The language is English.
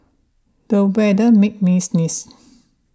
the weather made me sneeze